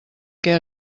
què